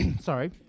sorry